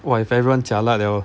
!wah! if everyone jialat liao loh